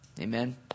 Amen